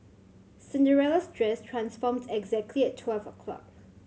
Cinderella's dress transformed exactly at twelve o'clock